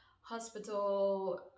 hospital